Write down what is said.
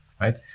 right